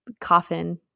coffin